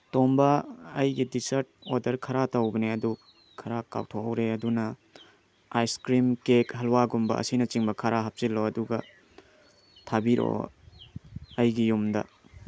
ꯇꯣꯝꯕ ꯑꯩꯒꯤ T-shirt order ꯈꯔ ꯇꯧꯕꯅꯦ ꯑꯗꯨ ꯈꯔ ꯀꯥꯎꯊꯣꯛꯍꯧꯔꯦ ꯑꯗꯨꯅ ꯑꯥꯏꯁꯀ꯭ꯔꯤꯝ ꯀꯦꯛ ꯍꯂꯨꯋꯥꯒꯨꯝꯕ ꯑꯁꯤꯅꯆꯤꯡꯕ ꯈꯔ ꯍꯥꯞꯆꯤꯜꯂꯣ ꯑꯗꯨꯒ ꯊꯥꯕꯤꯔꯛꯑꯣ ꯑꯩꯒꯤ ꯌꯨꯝꯗ